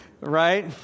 right